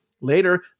Later